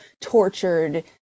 tortured